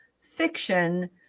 fiction